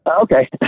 Okay